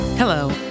Hello